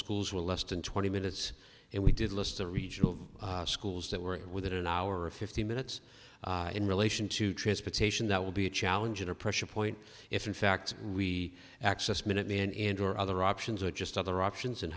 schools were less than twenty minutes and we did list the regional schools that were within an hour or fifteen minutes in relation to transportation that would be a challenge in a pressure point if in fact we access minutely and or other options are just other options and